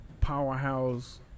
powerhouse